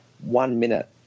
one-minute